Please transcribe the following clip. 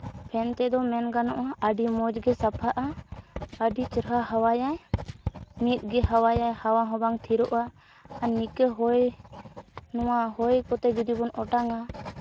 fan ᱛᱮᱫᱚ ᱢᱮᱱ ᱜᱟᱱᱚᱜᱼᱟ ᱟᱹᱰᱤ ᱢᱚᱡᱽ ᱜᱮ ᱥᱟᱯᱷᱟᱜᱼᱟ ᱟᱹᱰᱤ ᱪᱮᱦᱨᱟ ᱦᱟᱣᱟᱭᱟᱭ ᱢᱤᱫᱜᱮ ᱦᱟᱣᱟᱭᱟᱭ ᱦᱟᱣᱟ ᱦᱚᱸᱵᱟᱝ ᱛᱷᱤᱨᱚᱜᱼᱟ ᱟᱨ ᱱᱤᱝᱠᱟᱹ ᱦᱚᱭ ᱱᱚᱣᱟ ᱦᱚᱭ ᱠᱚᱛᱮ ᱡᱩᱫᱤ ᱵᱚᱱ ᱚᱴᱟᱝᱟ